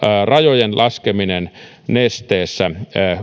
rajojen laskeminen nesteessä